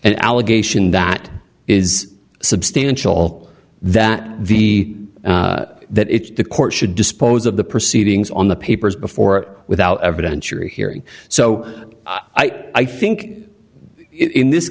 an allegation that is substantial that the that it's the court should dispose of the proceedings on the papers before without evidence or hearing so i think in this